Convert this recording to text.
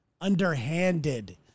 underhanded